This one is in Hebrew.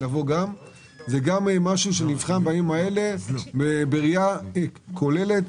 שנבחן בראייה כוללת,